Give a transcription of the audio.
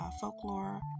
folklore